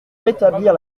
rétablir